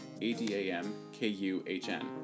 A-D-A-M-K-U-H-N